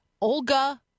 Olga